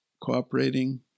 cooperating